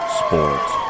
sports